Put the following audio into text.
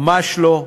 ממש לא,